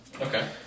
Okay